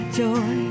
joy